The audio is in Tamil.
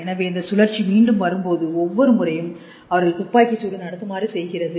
எனவே இந்த சுழற்சி மீண்டும் வரும்போது ஒவ்வொரு முறையும் அவர்கள் துப்பாக்கிச் சூடு நடத்துமாறு செய்கிறது